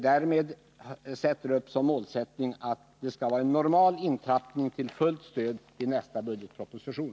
Därvid har jag som målsättning att det skall föreslås en normal intrappning till fullt stöd i nästa budgetproposition.